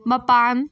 ꯃꯄꯥꯟ